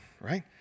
right